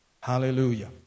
Hallelujah